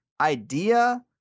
idea